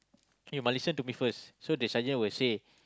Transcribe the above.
you must listen to me first so the sergeant will say